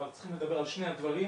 אבל צריכים לדבר על שני הדברים.